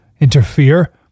interfere